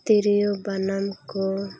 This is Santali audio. ᱛᱤᱨᱭᱳ ᱵᱟᱱᱟᱢ ᱠᱚ